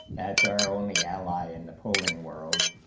that's our only ally in the polling world